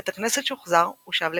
בית הכנסת שוחזר ושב לפעילות.